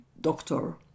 doctor